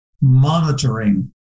monitoring